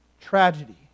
tragedy